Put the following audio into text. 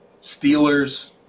Steelers